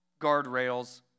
guardrails